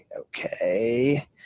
Okay